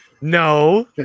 no